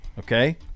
Okay